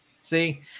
See